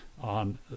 on